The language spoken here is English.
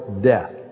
death